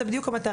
זו בדיוק המטרה,